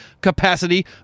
capacity